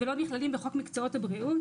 ואנחנו לא נכללים בחוק מקצועות הבריאות.